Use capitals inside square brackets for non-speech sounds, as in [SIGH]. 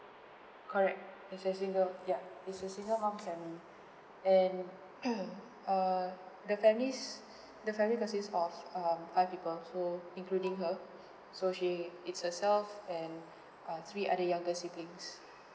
correct is a single ya is a single mom and and [NOISE] err the family's the family consist of um five people so including her so she is herself and uh three other younger siblings